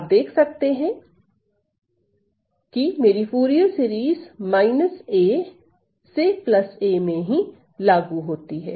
आप देख सकते हैं कि मेरी फूरिये श्रेणी a a मे ही लागू होती है